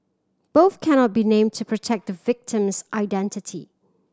both cannot be named to protect the victim's identity